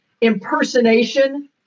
impersonation